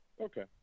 Okay